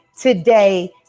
today